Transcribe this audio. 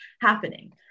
happening